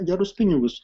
gerus pinigus